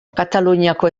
kataluniako